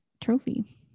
trophy